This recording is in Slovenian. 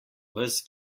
ves